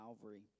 Calvary